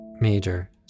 major